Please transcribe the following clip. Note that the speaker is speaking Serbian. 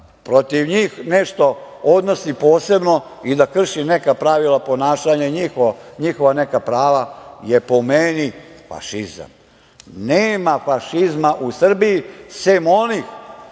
protiv njih nešto odnosi posebno i da krši neka pravila ponašanja, njihova neka prava je, po meni, fašizam. Nema fašizma u Srbiji, sem onih